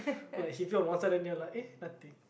like heavy on one side then they're like eh nothing